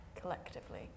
collectively